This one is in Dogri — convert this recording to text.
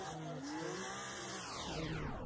उन्नी सौ नड़िनुए